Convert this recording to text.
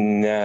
ne